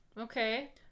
Okay